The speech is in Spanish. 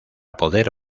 poder